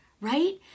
right